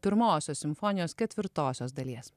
pirmosios simfonijos ketvirtosios dalies